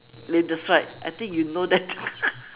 that's right I think you know that